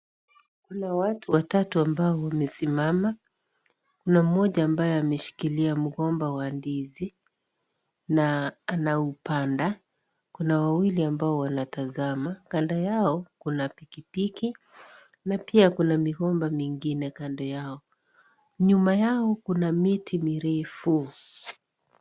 Kuna watu watatu ambao wamesimama kuna mmoja ambaye ameshikilia mgomba wa ndizi na anaupanda kuna wawili ambao wanatazama kando yao kuna pikipiki na pia kuna migomba mingine kando yao, nyuma yao kuna miti mirefu.